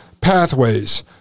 Pathways